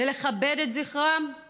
ולכבד את זכרם היא